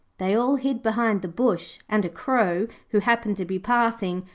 they all hid behind the bush and a crow, who happened to be passing,